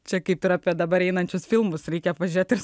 čia kaip ir apie dabar einančius filmus reikia pažiūrėti ir